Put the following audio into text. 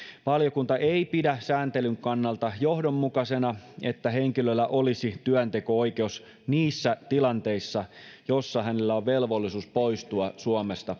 valiokunta ei pidä sääntelyn kannalta johdonmukaisena että henkilöllä olisi työnteko oikeus niissä tilanteissa joissa hänellä on velvollisuus poistua suomesta